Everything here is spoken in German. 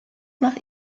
nach